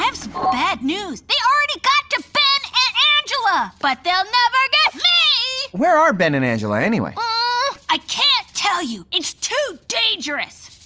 um some bad news. they already got to ben and angela but they'll never get where are ben and angela anyway? aww. i can't tell you. it's too dangerous.